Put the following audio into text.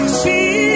see